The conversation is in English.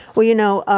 well, you know,